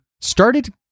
started